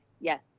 Yes